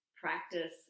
practice